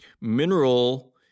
mineral